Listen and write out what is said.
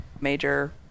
major